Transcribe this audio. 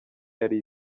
yari